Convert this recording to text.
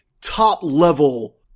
top-level